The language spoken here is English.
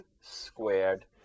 squared